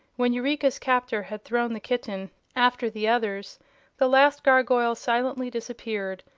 when eureka's captor had thrown the kitten after the others the last gargoyle silently disappeared,